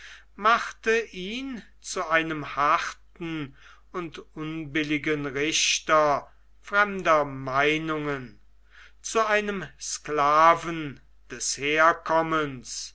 machte ihn zu einem harten und unbilligen richter fremder meinungen zu einem sklaven des herkommens